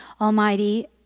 Almighty